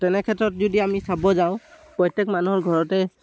তেনেক্ষেত্ৰত যদি আমি চাব যাওঁ প্ৰত্যেক মানুহৰ ঘৰতে